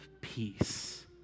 peace